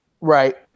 Right